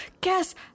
guess